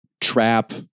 trap